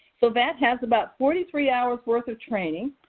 so vat has about forty three hours' worth of training.